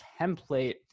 template